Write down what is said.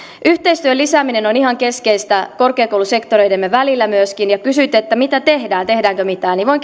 yhteistyön lisääminen on ihan keskeistä korkeakoulusektoreidemme välillä myöskin ja kysyitte mitä tehdään tehdäänkö mitään niin voin